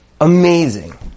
amazing